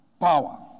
Power